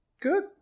Good